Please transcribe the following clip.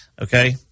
Okay